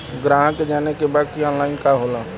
ग्राहक के जाने के बा की ऑनलाइन का होला?